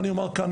אני אומר כאן,